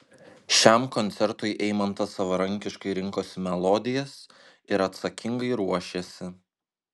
šiam koncertui eimantas savarankiškai rinkosi melodijas ir atsakingai ruošėsi